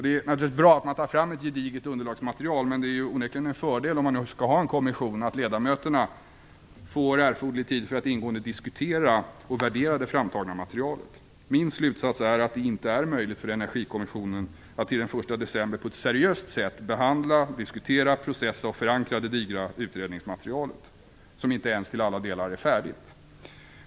Det är naturligtvis bra att man tar fram ett gediget underlagsmaterial, men det är ju onekligen en fördel, om man nu skall ha en kommission, att ledamöterna får erforderlig tid för att ingående diskutera och värdera det framtagna materialet. Min slutsats är att det inte är möjligt för Energikommissionen att till den 1 december på ett seriöst sätt behandla, diskutera, processa och förankra det digra utredningsmaterialet, som inte ens till alla delar är färdigt.